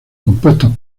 compuestos